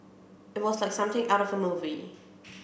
it was like something out of a movie